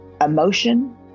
emotion